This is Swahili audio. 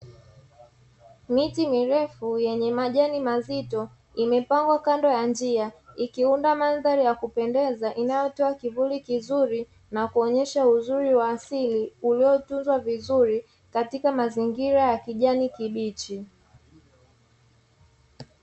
Miti mirefu yenye majani mazito, imepangwa kando ya njia ikiunda mandhari ya kupendeza inayotoa kivuli kizuri, kuonyesha uzuri wa asili uliotunzwa vizuri katika mazingira ya kijani kibichi.